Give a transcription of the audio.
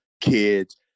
kids